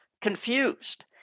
confused